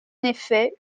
effet